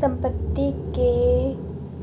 संपत्ति के